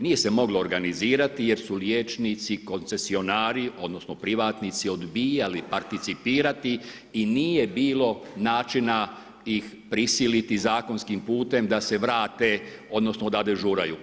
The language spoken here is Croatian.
Nije se moglo organizirati jer su liječnici koncesionari odnosno privatnici odbijali participirati i nije bilo načina ih prisiliti zakonskim putem da se vrate odnosno da dežuraju.